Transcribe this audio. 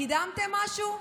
קידמתם משהו?